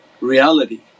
reality